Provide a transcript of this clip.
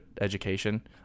education